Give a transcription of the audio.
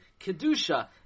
Kedusha